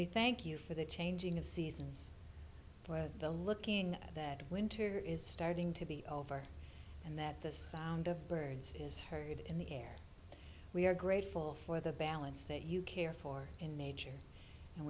we thank you for the changing of seasons the looking that winter is starting to be over and that the sound of birds is heard in the air we are grateful for the balance that you care for in nature and